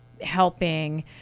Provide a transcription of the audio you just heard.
helping